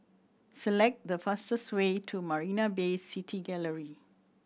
select the fastest way to Marina Bay City Gallery